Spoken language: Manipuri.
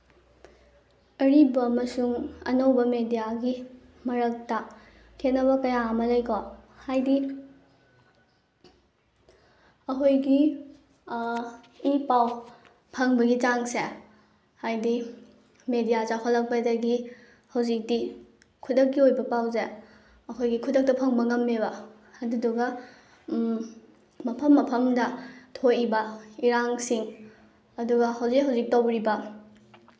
ꯑꯔꯤꯕ ꯑꯃꯁꯨꯡ ꯑꯅꯧꯕ ꯃꯦꯗꯤꯌꯥꯒꯤ ꯃꯔꯛꯇ ꯈꯦꯠꯅꯕ ꯀꯌꯥ ꯑꯃ ꯂꯩꯀꯣ ꯍꯥꯏꯗꯤ ꯑꯩꯈꯣꯏꯒꯤ ꯏ ꯄꯥꯎ ꯐꯪꯕꯒꯤ ꯆꯥꯡꯁꯦ ꯍꯥꯏꯗꯤ ꯃꯦꯗꯤꯌꯥ ꯆꯥꯎꯈꯠꯂꯛꯄꯗꯒꯤ ꯍꯧꯖꯤꯛꯇꯤ ꯈꯨꯗꯛꯀꯤ ꯑꯣꯏꯕ ꯄꯥꯎꯁꯦ ꯑꯩꯈꯣꯏꯒꯤ ꯈꯨꯗꯛꯇ ꯐꯪꯕ ꯉꯝꯃꯦꯕ ꯑꯗꯨꯗꯨꯒ ꯃꯐꯝ ꯃꯐꯝꯗ ꯊꯣꯛꯏꯕ ꯏꯔꯥꯡꯁꯤꯡ ꯑꯗꯨꯒ ꯍꯧꯖꯤꯛ ꯍꯧꯖꯤꯛ ꯇꯧꯔꯤꯕ